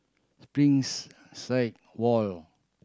Springs side wall